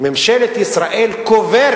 עוד בטרם התחיל החורף, כבוד